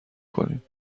کنیم